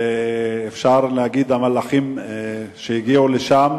ואפשר להגיד שהמלאכים הגיעו לשם.